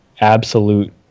absolute